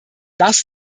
das